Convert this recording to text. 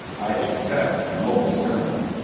i expect a noble ceremony.